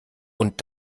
und